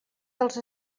dels